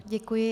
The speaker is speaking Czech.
Děkuji.